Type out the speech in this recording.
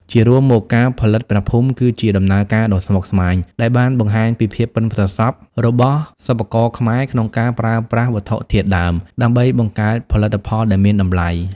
ជារួមមក ការផលិតព្រះភូមិគឺជាដំណើរការដ៏ស្មុគស្មាញដែលបានបង្ហាញពីភាពប៉ិនប្រសប់របស់សិប្បករខ្មែរក្នុងការប្រើប្រាស់វត្ថុធាតុដើមដើម្បីបង្កើតផលិតផលដែលមានតម្លៃ។